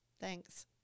Thanks